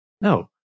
No